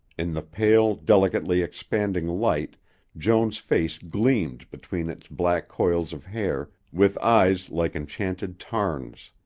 in the pale, delicately expanding light joan's face gleamed between its black coils of hair with eyes like enchanted tarns.